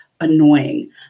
annoying